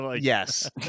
Yes